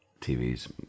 TVs